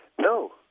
No